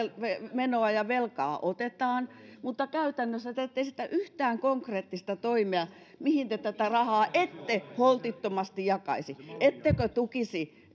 menoa ja velkaa otetaan mutta käytännössä te ette esitä yhtään konkreettista toimea mihin te tätä rahaa ette holtittomasti jakaisi ettekö tukisi